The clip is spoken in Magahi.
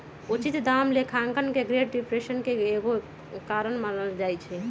उचित दाम लेखांकन के ग्रेट डिप्रेशन के एगो कारण मानल जाइ छइ